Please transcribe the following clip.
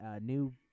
new